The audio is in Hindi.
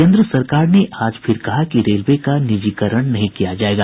केन्द्र सरकार ने आज फिर कहा कि रेलवे का निजीकरण नहीं किया जाएगा